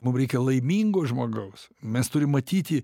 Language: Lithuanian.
mum reikia laimingo žmogaus mes turim matyti